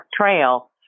Trail